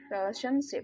relationship